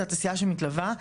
זה התעשייה שמתלווה,